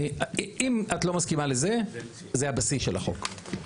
אם את לא מסכימה לזה, זה הבסיס של החוק.